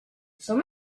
som